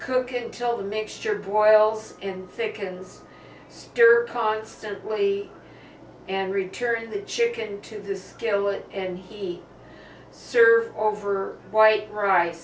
cook until the mixture boils and thickens stir constantly and return the chicken to this kill it and he served over white ri